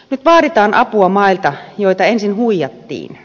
nyt vaaditaan apua mailta joita ensin huijattiin